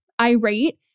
irate